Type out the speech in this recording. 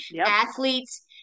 Athletes